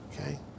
okay